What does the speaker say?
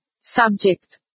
Subject